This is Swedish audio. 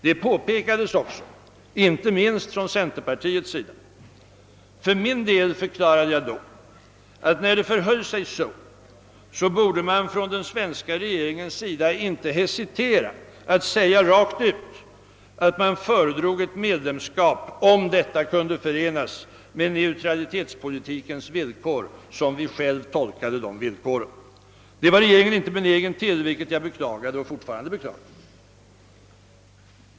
Detta påpekades också, inte minst från centerpartiets sida. För min del förklarade jag då, att när det förhöll sig så, borde den svenska regeringen inte hesitera för att säga rent ut, att man föredrog ett medlemskap, om detta kunde förenas med neutralitetspolitikens villkor såsom vi själva tolkade dessa villkor. Det var regeringen inte benägen att göra, vilket jag beklagade och fortfarande beklagar.